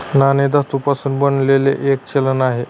नाणे धातू पासून बनलेले एक चलन आहे